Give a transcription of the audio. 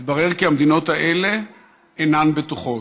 מתברר כי המדינות האלה אינן בטוחות.